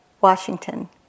Washington